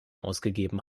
ausgegeben